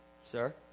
sir